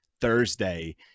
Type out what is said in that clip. Thursday